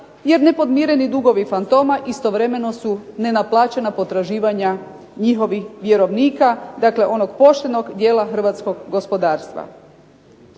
jer nepodmireni dugovi fantoma istovremeno su nenaplaćena potraživanja njihovih vjerovnika dakle onih poštenog dijela hrvatskog gospodarstva.